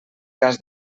cas